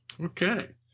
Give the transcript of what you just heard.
Okay